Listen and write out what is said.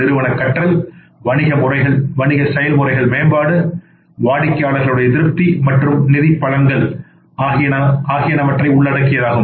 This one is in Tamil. நிறுவன கற்றல் வணிக செயல்முறை மேம்பாடுகள் வாடிக்கையாளர் திருப்தி மற்றும் நிதி பலங்கள் ஆகியனவாகும்